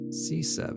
c7